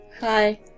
Hi